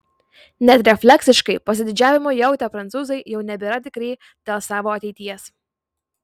net refleksiškai pasididžiavimą jautę prancūzai jau nebėra tikri dėl savo ateities